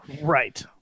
Right